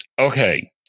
Okay